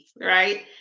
right